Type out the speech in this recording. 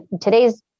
Today's